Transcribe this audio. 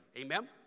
amen